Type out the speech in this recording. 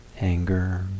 anger